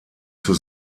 für